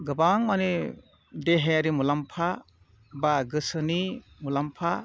गोबां माने देहायारि मुलामफा बा गोसोनि मुलामफा